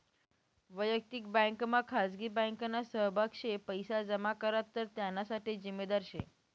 वयक्तिक बँकमा खाजगी बँकना सहभाग शे पैसा जमा करात तर त्याना साठे जिम्मेदार शे